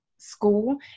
School